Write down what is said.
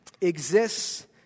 exists